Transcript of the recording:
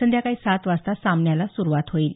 संध्याकाळी सात वाजता सामन्याला सुरुवात होईल